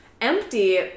empty